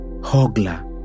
Hogla